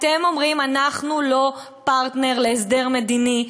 אתם אומרים: אנחנו לא פרטנר להסדר מדיני,